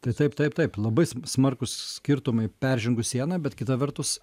tai taip taip taip labai sm smarkūs skirtumai peržengus sieną bet kita vertus